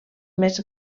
més